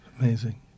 Amazing